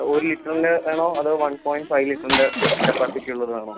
ഒരു ലിറ്ററിൻ്റെ വേണോ അതോ വൺ പോയിൻ്റ് ഫൈവ് ലിറ്ററിൻ്റെ കപ്പാസിറ്റി ഉള്ളത് വേണോ